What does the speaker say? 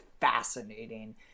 fascinating